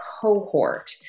cohort